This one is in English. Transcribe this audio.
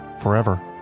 forever